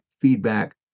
feedback